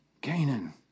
Canaan